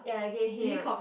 ya I gave him